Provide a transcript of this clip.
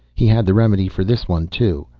he had the remedy for this one, too.